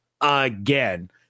again